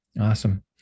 Awesome